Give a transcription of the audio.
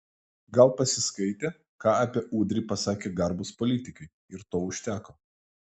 gal pasiskaitė ką apie udrį pasakė garbūs politikai ir to užteko